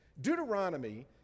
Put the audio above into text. Deuteronomy